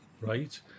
Right